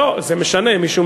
לא, זה משנה.